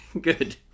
Good